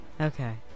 okay